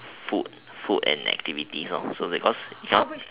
food food and activities lor so because cannot